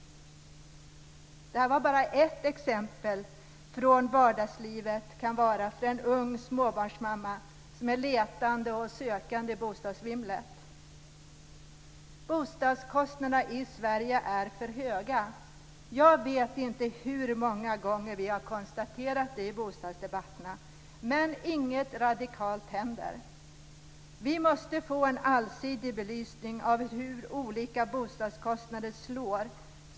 Det här var bara ett exempel på hur vardagslivet kan vara för en ung småbarnsmamma som är sökande i bostadsvimlet. Bostadskostnaderna i Sverige är för höga. Jag vet inte hur många gånger vi har konstaterat det i bostadsdebatterna, men inget radikalt händer. Vi måste få en allsidig belysning av hur olika bostadskostnader slår.